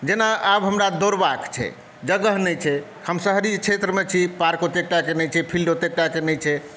जेना आब हमरा दौड़बाक छै जगह नहि छै हम शहरी क्षेत्रमे छी पार्क ओतेकटाके नहि छै फ़ील्ड ओतेकटाके नहि छै